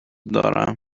دارم